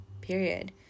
period